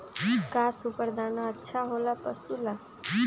का सुपर दाना अच्छा हो ला पशु ला?